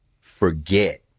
forget